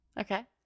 Okay